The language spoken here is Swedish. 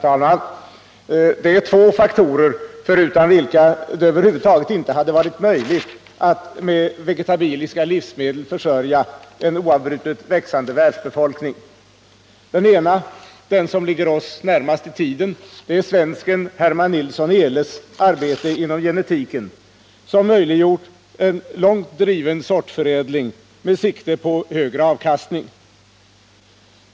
Herr talman! Det är två faktorer förutan vilka det över huvud taget inte hade varit möjligt att med vegetabiliska livsmedel försörja en oavbrutet växande världsbefolkning. Den ena —-den oss i tiden närmast liggande — är svensken Herman Nilsson Ehles arbete inom genetiken, som möjliggjort en långt driven sortförädling med sikte på högre avkastning.